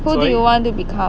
who do you want to become